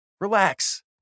Relax